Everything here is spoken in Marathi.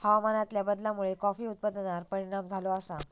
हवामानातल्या बदलामुळे कॉफी उत्पादनार परिणाम झालो आसा